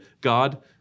God